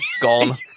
gone